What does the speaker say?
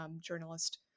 Journalist